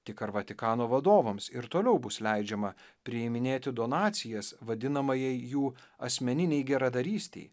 tik ar vatikano vadovams ir toliau bus leidžiama priiminėti donacijas vadinamajai jų asmeninei geradarystei